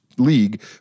league